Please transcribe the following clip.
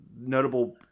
notable